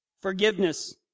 Forgiveness